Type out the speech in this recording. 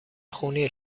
خونی